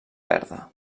verda